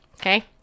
okay